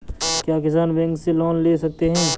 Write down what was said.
क्या किसान बैंक से लोन ले सकते हैं?